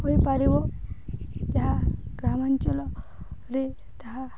ହୋଇପାରିବ ଯାହା ଗ୍ରାମାଞ୍ଚଳରେ ତାହା